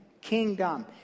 Kingdom